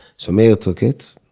so meir took it,